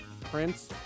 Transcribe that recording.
Prince